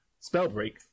Spellbreak